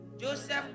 Joseph